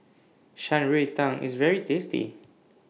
Shan Rui Tang IS very tasty